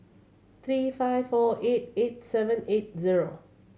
three five four eight eight seven eight zero